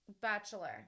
Bachelor